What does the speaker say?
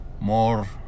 more